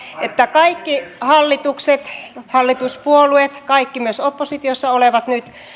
kaikki hallitukset hallituspuolueet myös kaikki nyt oppositiossa olevat